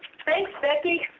thanks, becky!